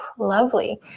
lovely.